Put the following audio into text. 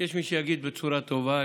יש מי שיגיד בצורה טובה,